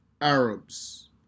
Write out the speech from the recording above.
Arabs